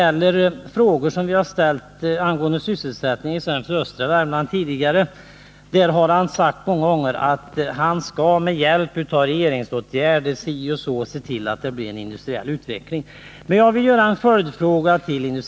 När vi har ställt frågor om sysselsättningen i främst sydöstra Värmland har industriministern tidigare många gånger sagt att han med hjälp av regeringsåtgärder skall se till att det blir en industriell utveckling.